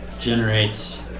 Generates